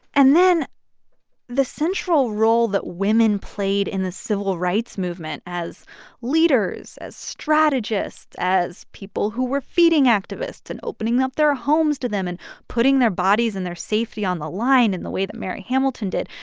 and then the central role that women played in the civil rights movement as leaders, as strategists, strategists, as people who were feeding activists and opening up their homes to them and putting their bodies and their safety on the line in the way that mary hamilton did,